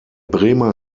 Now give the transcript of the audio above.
bremer